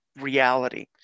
reality